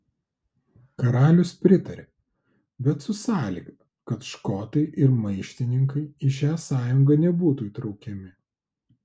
karalius pritaria bet su sąlyga kad škotai ir maištininkai į šią sąjungą nebūtų įtraukiami